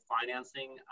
financing